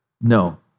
No